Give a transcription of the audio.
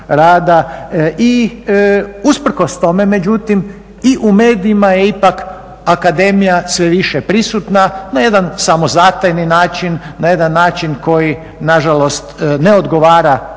I usprkos tome međutim, i u medijima je ipak akademija sve više prisutna na jedan samozatajni način, na jedna način koji nažalost ne odgovara onome